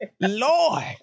Lord